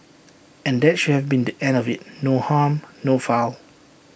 and that should have been the end of IT no harm no foul